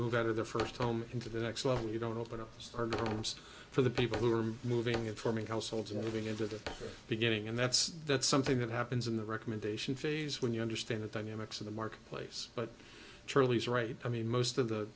move out of their first home into the next level you don't open up for the people who are moving it for me households in going into the beginning and that's that's something that happens in the recommendation phase when you understand the dynamics of the marketplace but charlie is right i mean most of the